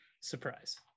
Surprise